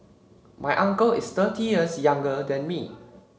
my uncle is thirty years younger than me